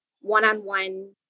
one-on-one